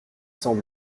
cents